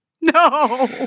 No